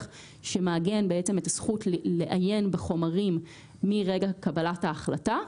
שמעגן את הזכות לעיין בחומרים מרגע קבלת ההחלטה.